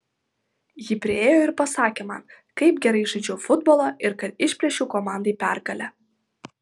ji priėjo ir pasakė man kaip gerai žaidžiau futbolą ir kad išplėšiau komandai pergalę